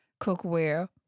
cookware